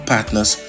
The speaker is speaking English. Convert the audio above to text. Partners